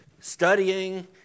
studying